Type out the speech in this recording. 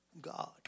God